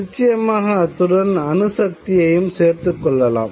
நிச்சயமாக அத்துடன் அணுசக்தியையும் சேர்த்துக் கொள்ளலாம்